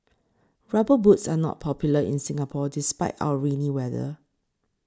rubber boots are not popular in Singapore despite our rainy weather